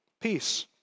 peace